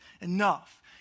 enough